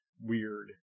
weird